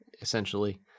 essentially